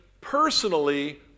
personally